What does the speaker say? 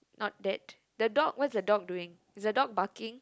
not that the dog what is the dog doing is the dog barking